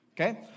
Okay